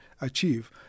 achieve